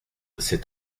c’est